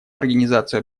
организацию